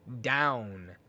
down